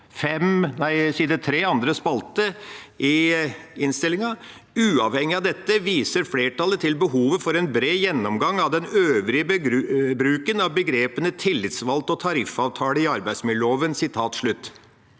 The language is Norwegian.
andre spalte i innstillinga: «Uavhengig av dette viser flertallet til behovet for en bred gjennomgang av den øvrige bruken av begrepene «tillitsvalgt» og «tariffavtale» i arbeidsmiljøloven.»